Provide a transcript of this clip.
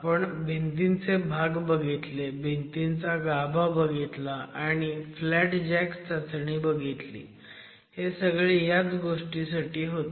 आपण भिंतीचे भाग बघितले भिंतींचा गाभा बघितला आणि फ्लॅट जॅक चाचणी बघितली जे सगळे ह्याच गोष्टीसाठी होते